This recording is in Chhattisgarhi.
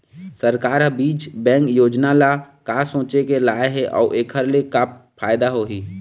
सरकार ह बीज बैंक योजना ल का सोचके लाए हे अउ एखर ले का फायदा होही?